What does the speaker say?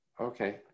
Okay